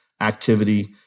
activity